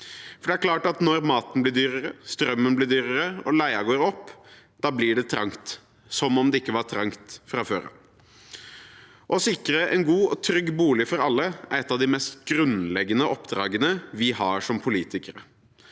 mars. Det er klart at når maten blir dyrere, strømmen blir dyrere og leien går opp, blir det trangt – som om det ikke var trangt fra før. Å sikre en god og trygg bolig for alle er et av de mest grunnleggende oppdragene vi har som politikere.